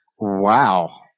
Wow